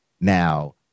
Now